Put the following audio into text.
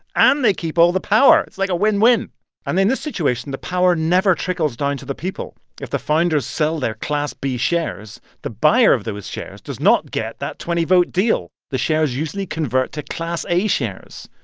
and they keep all the power. it's like a win-win and in this situation, the power never trickles down to the people. if the founders sell their class b shares, the buyer of those shares does not get that twenty vote deal. the shares usually convert to class a shares,